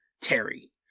Terry